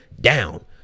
down